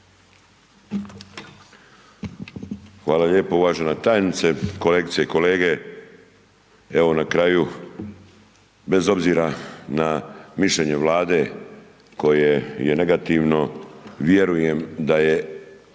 Hvala lijepo. Uvažena tajnice, kolegice i kolege, evo na kraju bez obzira na mišljenje Vlade koje je negativno, vjerujem da je